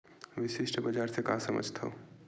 विशिष्ट बजार से का समझथव?